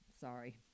Sorry